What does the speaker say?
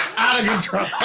out of control.